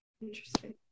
Interesting